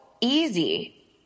easy